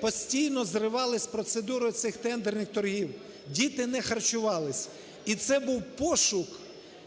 постійно зривалися процедури цих тендерних торгів, діти не харчувалися, і це був пошук,